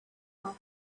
out